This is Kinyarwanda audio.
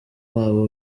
wabo